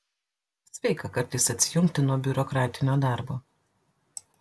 sveika kartais atsijungti nuo biurokratinio darbo